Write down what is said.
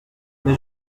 mais